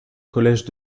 collège